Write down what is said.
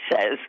says